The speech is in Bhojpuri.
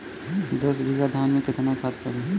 दस बिघा धान मे केतना खाद परी?